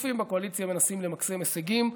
השותפים בקואליציה מנסים למקסם הישגים.